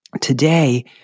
Today